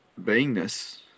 beingness